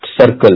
circle